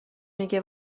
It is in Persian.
میگه